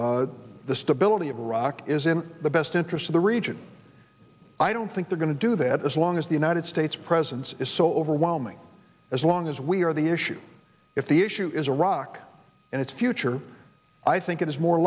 iraq the stability of iraq is in the best interest of the region i don't think they're going to do that as long as the united states presence is so overwhelming as long as we are the issue if the issue is iraq and its future i think it is more